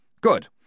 Good